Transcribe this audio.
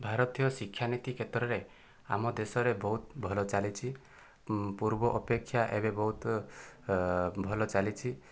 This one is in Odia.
ଭାରତୀୟ ଶିକ୍ଷାନୀତି କ୍ଷେତ୍ରରେ ଆମ ଦେଶରେ ବହୁତ ଭଲ ଚାଲିଛି ପୂର୍ବ ଅପେକ୍ଷା ଏବେ ବହୁତ ଭଲ ଚାଲିଛି